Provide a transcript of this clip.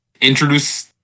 introduce